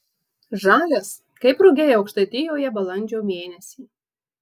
žalias kaip rugiai aukštaitijoje balandžio mėnesį